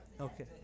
Okay